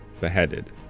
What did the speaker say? beheaded